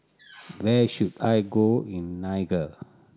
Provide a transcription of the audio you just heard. where should I go in Niger